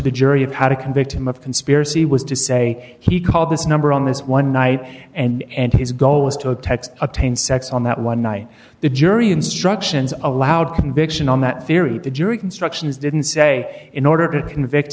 the jury of how to convict him of conspiracy was to say he called this number on this one night and his goal was to text attain sex on that one night the jury instructions allowed conviction on that theory the jury instructions didn't say in order to convict